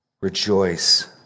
rejoice